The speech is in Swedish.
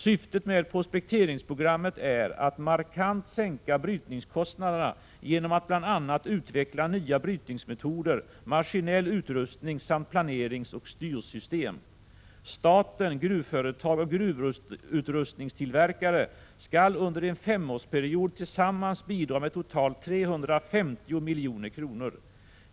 Syftet med prospekteringsprogrammet är att markant sänka brytningskostnaderna genom att bl.a. utveckla nya brytningsmetoder, maskinell utrustning samt planeringsoch styrsystem. Staten, gruvföretag och gruvutrustningstillverkare skall under en femårsperiod tillsammans bidra med totalt 350 milj.kr.